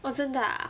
oh 真的 ah